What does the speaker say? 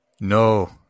No